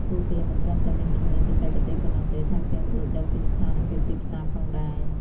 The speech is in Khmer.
ពួកគេមិនត្រឹមតែមានជំនាញបច្ចេកទេសប៉ុណ្ណោះទេ ថែមទាំងយល់ដឹងពីស្ថានភាពទីផ្សារផងដែរ។